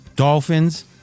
Dolphins